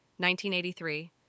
1983